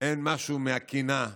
אין משהו מהקנאה